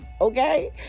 okay